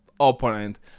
opponent